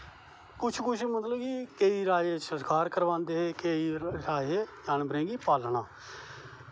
कुछ कुछ राजें मतलव शकार करवांदे हे केंई राज़े जानवरें जानवरें गी पालनां